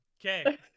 Okay